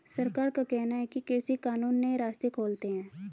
सरकार का कहना है कि कृषि कानून नए रास्ते खोलते है